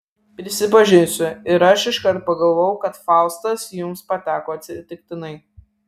prisipažinsiu ir aš iškart pagalvojau kad faustas jums pateko atsitiktinai